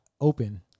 open